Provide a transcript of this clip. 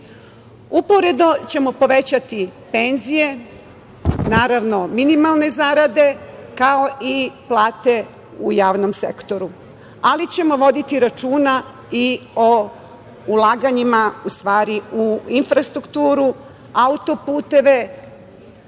ćemo povećati penzije, naravno minimalne zarade, kao i plate u javnom sektoru, ali ćemo voditi računa i o ulaganjima u infrastrukturu, autoputeve,